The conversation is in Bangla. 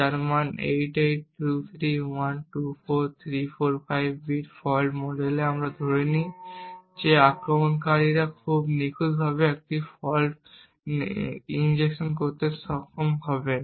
যার একটি মান 8823124345 বিট ফল্ট মডেলে আমরা ধরে নিই যে আক্রমণকারী খুব নিখুঁতভাবে একটি ফল্ট ইঞ্জেকশন করতে সক্ষম হবেন